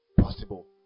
possible